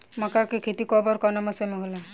मका के खेती कब ओर कवना मौसम में होला?